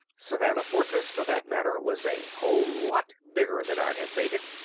savannah fortress for that matter was a whole lot bigger than i'd have made it,